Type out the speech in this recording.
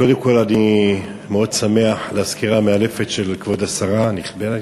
קודם כול אני מאוד שמח על הסקירה המאלפת של כבוד השרה הנכבדת.